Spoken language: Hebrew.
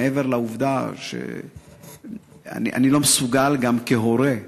מעבר לעובדה שאני לא מסוגל גם, כהורה,